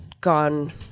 gone